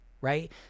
right